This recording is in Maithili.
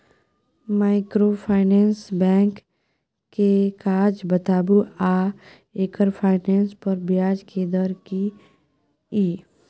माइक्रोफाइनेंस बैंक के काज बताबू आ एकर फाइनेंस पर ब्याज के दर की इ?